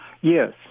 Yes